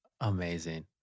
Amazing